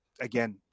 again